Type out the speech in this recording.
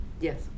Yes